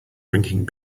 drinking